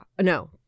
no